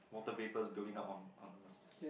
water vapours building up on on